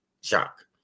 shock